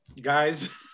Guys